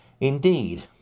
Indeed